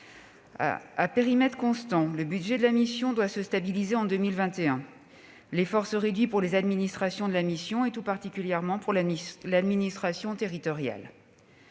À périmètre constant, le budget de la mission doit se stabiliser en 2021 : l'effort se réduit pour les administrations de la mission, tout particulièrement pour l'administration territoriale.